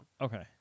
Okay